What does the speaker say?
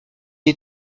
est